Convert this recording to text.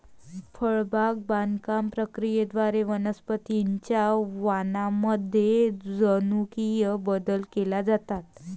फळबाग बागकाम प्रक्रियेद्वारे वनस्पतीं च्या वाणांमध्ये जनुकीय बदल केले जातात